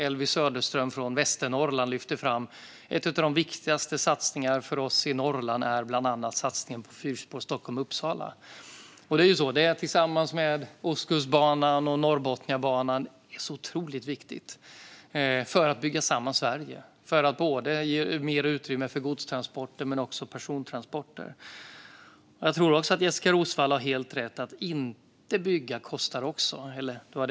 Elvy Söderström från Västernorrland lyfte fram att en av de viktigaste satsningarna för dem i Norrland var bland annat satsningen på fyrspår mellan Stockholm och Uppsala. Så ligger det till. Tillsammans med Ostkustbanan och Norrbotniabanan är den otroligt viktig för att bygga samman Sverige. Det ger mer utrymme för godstransporter men också persontransporter. Jag tror också det är helt rätt att det kostar även om man inte bygger det här.